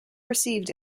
received